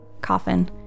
Coffin